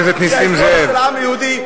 כי זה ההיסטוריה של העם היהודי,